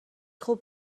خوب